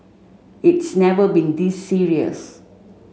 it's never been this serious